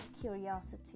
curiosity